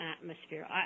atmosphere